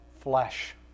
flesh